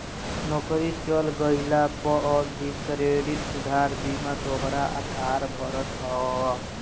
नोकरी चल गइला पअ भी क्रेडिट सुरक्षा बीमा तोहार उधार भरत हअ